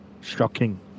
Shocking